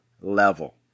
level